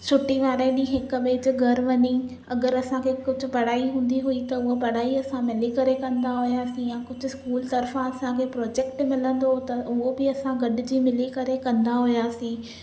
छुटी वारे ॾींहुं हिक ॿिए जे घर वञी अगरि असांखे कुझु पढ़ाई हूंदी हुई त उहा पढ़ाई असां मिली करे कंदा होयासी या कुझु स्कूल तर्फ़ा असांखे प्रोजेक्ट मिलंदो हूंदो हुओ त उहो बि असां गॾजी मिली करे कंदा हुआसीं